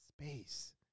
space